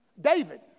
David